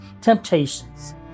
temptations